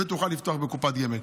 ותוכל לפתוח בקופת גמל.